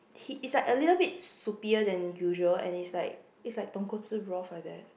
he it's like a little bit soupier than usual and it's like it's like tonkotsu broth like that